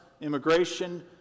immigration